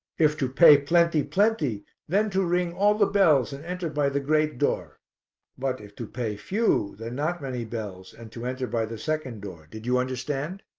if to pay plenty, plenty, then to ring all the bells and enter by the great door but if to pay few, then not many bells and to enter by the second door. did you understand?